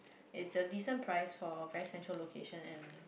it's a decent price for very center location and